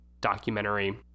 documentary